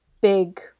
big